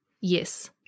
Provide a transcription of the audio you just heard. Yes